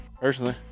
personally